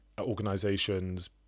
organizations